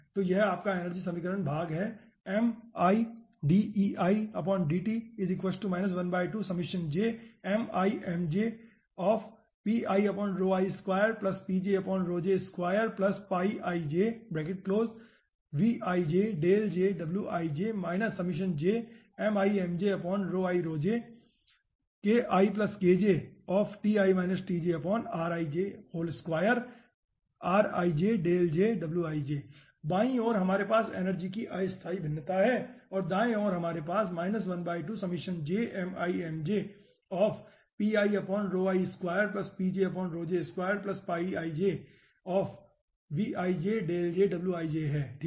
तो यह आपका एनर्जी समीकरण भाग है बाईं ओर हमारे पास एनर्जी की अस्थायी भिन्नता है और दाएं ओर हमारे पास है ठीक है